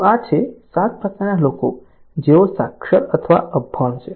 તો આ છે 7 પ્રકારના લોકો કે જેઓ સાક્ષર અથવા અભણ છે